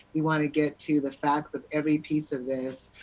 we want to get to the facts of every piece of this,